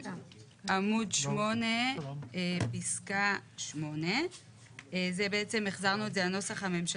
עמוד 8 פסקה 8. בעצם החזרנו את זה לנוסח הממשלתי.